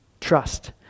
trust